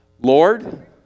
Lord